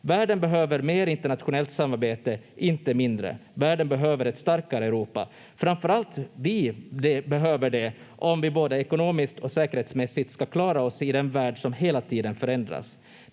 Världen behöver mer internationellt samarbete, inte mindre. Världen behöver ett starkare Europa. Framför allt behöver vi det om vi både ekonomiskt och säkerhetsmässigt ska klara oss i den värld som hela tiden förändras.